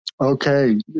Okay